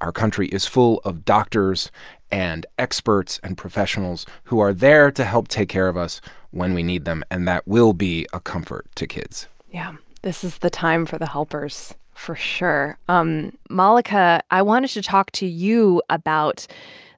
our country is full of doctors and experts and professionals who are there to help take care of us when we need them. and that will be a comfort to kids yeah. this is the time for the helpers, for sure um malaka, i wanted to talk to you about